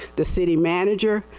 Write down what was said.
the city manager,